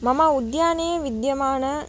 मम उद्याने विद्यमाण